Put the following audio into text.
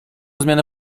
zmianę